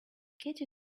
katie